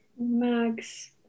Max